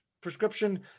prescription